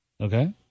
Okay